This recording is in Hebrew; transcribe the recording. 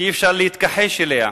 שאי-אפשר להתכחש אליה,